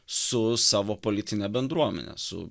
su savo politine bendruomene su